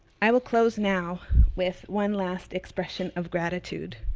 i will close now with one last expression of gratitude.